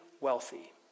wealthy